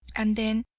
and then,